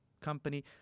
company